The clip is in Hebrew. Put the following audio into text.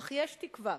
"אך יש תקווה.